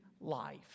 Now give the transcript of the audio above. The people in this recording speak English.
life